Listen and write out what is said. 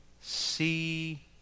see